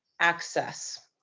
access.